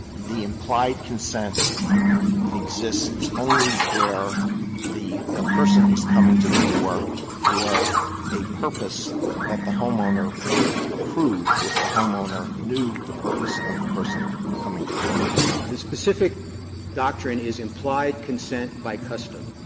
the implied consent exists only where the the person is coming to the door for a purpose that the homeowner would approve if the homeowner knew the purpose of the person coming to the door? blumberg the specific doctrine is implied consent by custom.